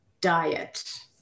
diet